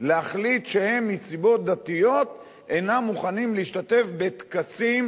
להחליט שהם מסיבות דתיות אינם מוכנים להשתתף בטקסים